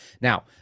Now